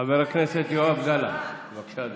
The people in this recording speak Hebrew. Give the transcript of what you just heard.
חבר הכנסת יואב גלנט, בבקשה,